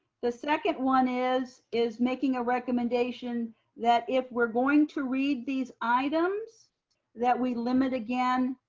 the second one is, is making a recommendation that if we're going to read these items that we limit again,